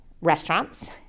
restaurants